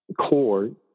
core